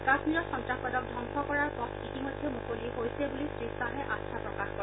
কাশ্মীৰত সন্তাসবাদক ধবংস কৰাৰ পথ ইতিমধ্যে মুকলি হৈছে বুলি শ্ৰীখাহে আস্থা প্ৰকাশ কৰে